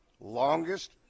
longest